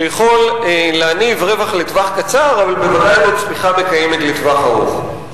שיכול להניב רווח לטווח קצר אבל ודאי לא צמיחה מקיימת לטווח ארוך.